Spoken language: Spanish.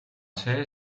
sede